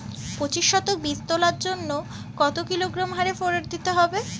পঁচিশ শতক বীজ তলার জন্য কত কিলোগ্রাম হারে ফোরেট দিতে হবে?